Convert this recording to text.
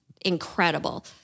incredible